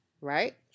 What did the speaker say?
right